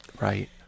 Right